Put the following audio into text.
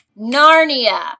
Narnia